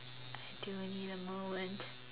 I do need a moment